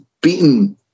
beaten